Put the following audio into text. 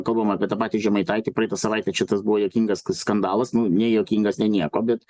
kalbama apie tą patį žemaitaitį praeitą savaitę čia tas buvo juokingas skandalas nu nejuokingas nei nieko bet